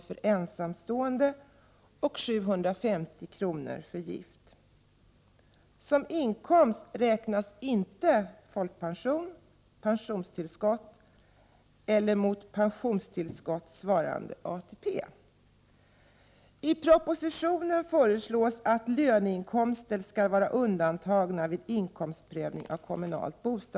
för ensamstående och 750 kr. för gift. Som inkomst räknas inte folkpension, pensionstillskott eller mot pensionstillskott svarande ATP.